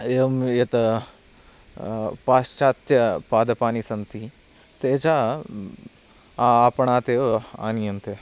एवं यत् पाश्चात्यपादपानि सन्ति ते च आपणात् एव आनीयन्ते